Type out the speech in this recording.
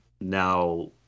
Now